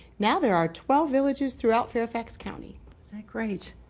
now there are twelve villages throughout fairfax county great.